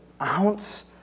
ounce